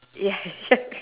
ya